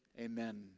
amen